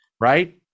right